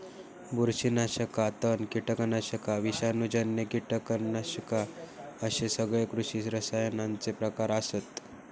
बुरशीनाशका, तण, कीटकनाशका, विषाणूजन्य कीटकनाशका अश्ये सगळे कृषी रसायनांचे प्रकार आसत